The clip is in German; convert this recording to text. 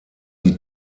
die